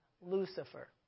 Lucifer